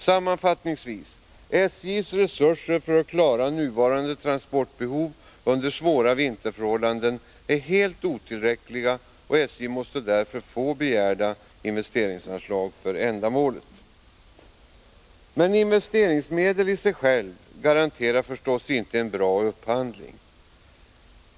Sammanfattningsvis: SJ:s resurser för att klara nuvarande transportbehov under svåra vinterförhållanden är helt otillräckliga, och SJ måste därför få begärda investeringsanslag för ändamålet. Men investeringsmedel i sig själva garanterar förstås inte en bra upphandling.